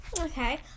Okay